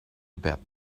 about